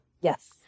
Yes